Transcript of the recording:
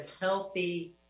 healthy